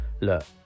look